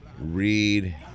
read